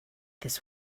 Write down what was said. this